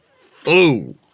fool